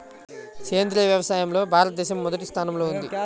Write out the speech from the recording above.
సేంద్రీయ వ్యవసాయంలో భారతదేశం మొదటి స్థానంలో ఉంది